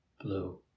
blue